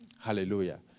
Hallelujah